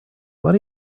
what